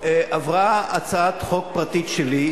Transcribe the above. עברה הצעת חוק פרטית שלי,